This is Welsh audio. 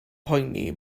poeni